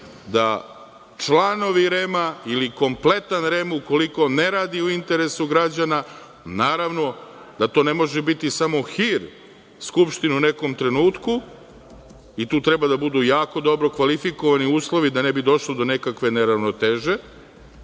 da članovi REM ili kompletan REM ukoliko ne radi u interesu građana, naravno da to ne može biti samo hir skupštine u nekom trenutku. Tu treba da budu jako dobro kvalifikovani uslovi da ne bi došlo do nekakve neravnoteže,